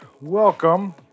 welcome